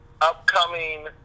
upcoming